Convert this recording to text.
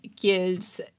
gives